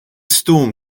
storm